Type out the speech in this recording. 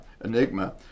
enigma